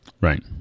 Right